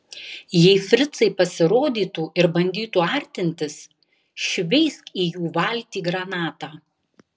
jei fricai pasirodytų ir bandytų artintis šveisk į jų valtį granatą